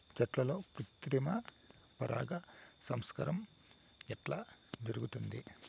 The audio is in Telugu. చెట్లల్లో కృత్రిమ పరాగ సంపర్కం ఎట్లా జరుగుతుంది?